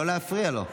לא להפריע לו.